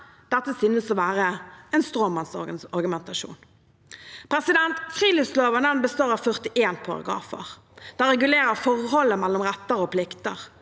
Dette synes å være en stråmannsargumentasjon. Friluftsloven består av 41 paragrafer. Den regulerer forholdet mellom retter og plikter.